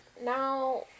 Now